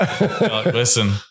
Listen